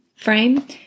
frame